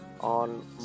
on